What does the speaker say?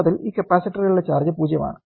തുടക്കത്തിൽ ഈ കപ്പാസിറ്ററുകളുടെ ചാർജ് 0 ആണ്